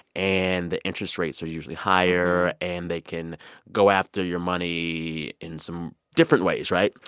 and the interest rates are usually higher. and they can go after your money in some different ways, right?